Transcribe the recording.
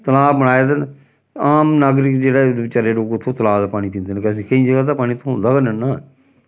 तलाऽ बनाए दे न आम नागरिक जेह्ड़ा बचैरे लोग उत्थूं तलाऽ दा पानी पींदे न केह् आखदे नी केईं ज'गा ते पानी थ्होंदा गै नेईं ना